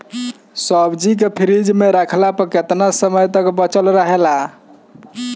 सब्जी के फिज में रखला पर केतना समय तक बचल रहेला?